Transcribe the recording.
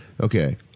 Okay